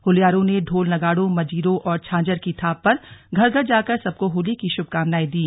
होल्यारों ने ढोल नगाड़ों मंजीरों और झांजर की थाप पर घर घर जाकर सबको होली की शुभकामनाएं दी